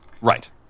Right